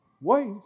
Wait